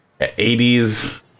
80s